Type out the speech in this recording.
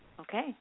Okay